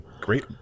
great